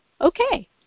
okay